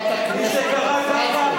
חברת הכנסת אבסדזה.